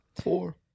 Four